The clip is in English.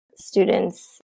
students